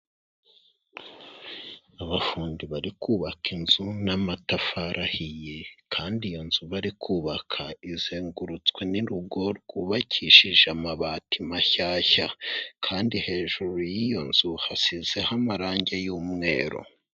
Abafundi bari kubaka inzu n'amatafari ahiye kandi iyo nzu bari kubaka izengurutswe n'urugo rwubakishije amabati mashyashya kandi hejuru y'iyo nzu hasizeho amarangi y'umweru.